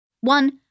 One